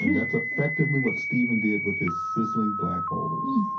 that's effectively what stephen did with his sizzling black holes